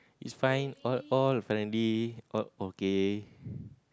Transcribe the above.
is fine all all friendly all okay